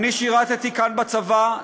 אני שירתּי כאן בצבא,